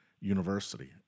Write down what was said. university